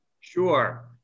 Sure